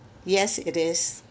yes it is